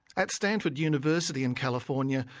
at stanford university in california,